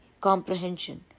comprehension